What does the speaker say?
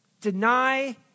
Deny